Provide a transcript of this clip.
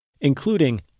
Including